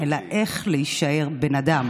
תודה רבה.